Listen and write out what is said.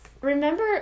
remember